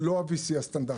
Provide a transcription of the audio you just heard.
זה לא ה-VC הסטנדרטי.